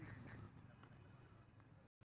alpaca के उन से कपड़वन बनावाल जा हई